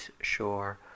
shore